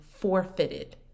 forfeited